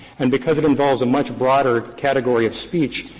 and because it involves a much broader category of speech,